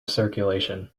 circulation